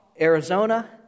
Arizona